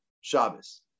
Shabbos